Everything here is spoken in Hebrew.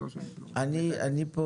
אני פה